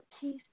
peace